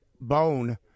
bone